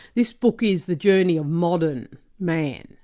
this book is the journey of modern man,